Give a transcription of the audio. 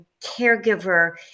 caregiver